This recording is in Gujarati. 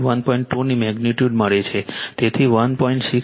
2 ની મેગ્નિટ્યુડ મળે છે તેથી 1